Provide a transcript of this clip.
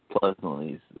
Pleasantly